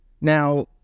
Now